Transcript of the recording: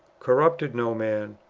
corrupted no man,